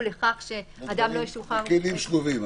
לכך שאדם לא ישוחרר --- זה כלים שלובים.